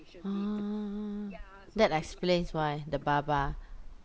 orh that explains why the baba